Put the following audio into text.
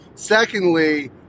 Secondly